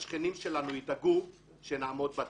השכנים שלנו ידאגו שנעמוד בתקנים.